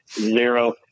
zero